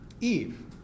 Eve